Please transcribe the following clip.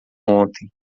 ontem